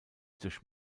durch